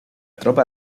tropa